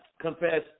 confess